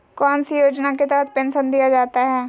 कौन सी योजना के तहत पेंसन दिया जाता है?